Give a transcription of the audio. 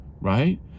right